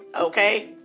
Okay